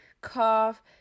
cough